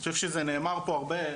אני חושב שזה נאמר פה הרבה,